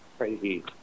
crazy